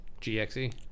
GXE